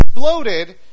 exploded